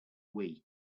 wii